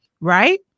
right